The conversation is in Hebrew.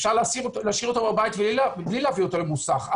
אפשר להשאיר אותו בבית בלי להביא אותו למוסך.